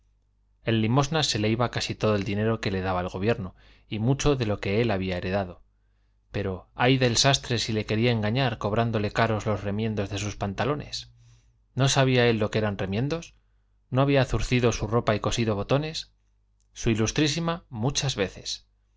en limosnas se le iba casi todo el dinero que le daba el gobierno y mucho de lo que él había heredado pero ay del sastre si le quería engañar cobrándole caros los remiendos de sus pantalones no sabía él lo que eran remiendos no había zurcido su ropa y cosido botones s i muchas veces